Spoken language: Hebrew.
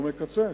הוא מקצץ.